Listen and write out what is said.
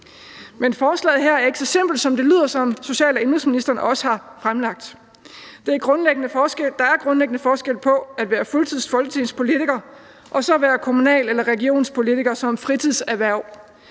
Men forslaget her er ikke så simpelt, som det lyder, hvad social- og indenrigsministeren også har fremført. Der er grundlæggende forskel på at være fuldtids folketingspolitiker og så at være kommunal- eller regionspolitiker som fritidserhverv.